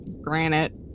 granite